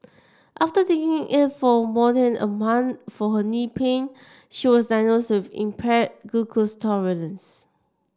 after taking it for more than a month for her knee pain she was diagnosed impaired glucose tolerance